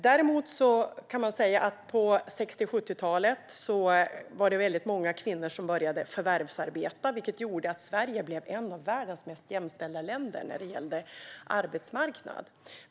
På 1960 och 1970-talen var det väldigt många kvinnor som började förvärvsarbeta, vilket gjorde att Sverige blev ett av världens mest jämställda länder när det gällde arbetsmarknaden.